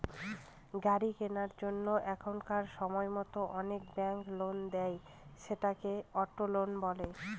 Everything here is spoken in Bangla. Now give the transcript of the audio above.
গাড়ি কেনার জন্য এখনকার সময়তো অনেক ব্যাঙ্ক লোন দেয়, সেটাকে অটো লোন বলে